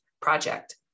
project